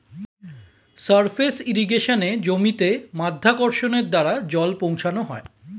surface ইর্রিগেশনে জমিতে মাধ্যাকর্ষণের দ্বারা জল পৌঁছানো হয়